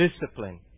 discipline